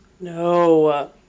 no